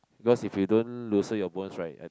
because if you don't loosen your bones right I